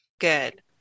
good